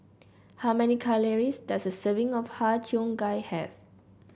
how many calories does a serving of Har Cheong Gai have